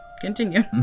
Continue